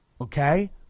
Okay